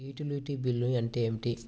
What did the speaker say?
Utility bill అంటే ఏమిటి?